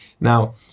now